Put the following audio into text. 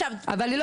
אבל,